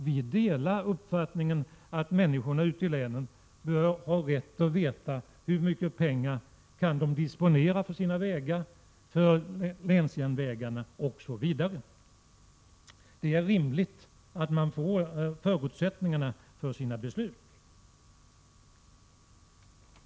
Vi delar uppfattningen att människorna ute i länen bör ha rätt att veta hur mycket pengar de kan disponera för sina vägar, för länsjärnvägarna osv. Det är rimligt att man får förutsättningarna för sina beslut.